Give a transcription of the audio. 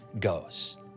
goes